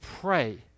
pray